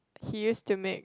he used to make